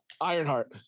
Ironheart